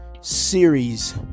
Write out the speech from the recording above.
series